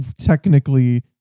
technically